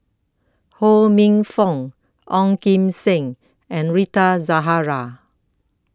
Ho Minfong Ong Kim Seng and Rita Zahara